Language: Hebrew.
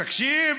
תקשיב.